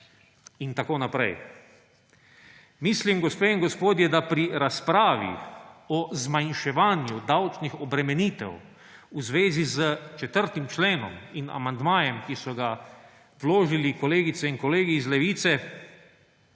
In tako naprej. Gospe in gospodje, mislim, da moramo pri razpravi o zmanjševanju davčnih obremenitev v zvezi s 4. členom in amandmajem, ki so ga vložili kolegice in kolegi iz Levice,